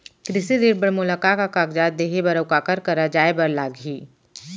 कृषि ऋण बर मोला का का कागजात देहे बर, अऊ काखर करा जाए बर लागही?